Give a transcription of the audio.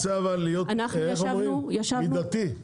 אני איתכם, אבל אני רוצה להיות מידתי.